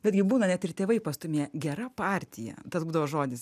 betgi būna net ir tėvai pastūmėja gera partija tas būdavo žodis